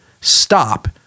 stop